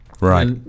Right